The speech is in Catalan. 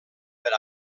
per